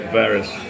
various